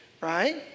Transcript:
right